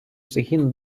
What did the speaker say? загін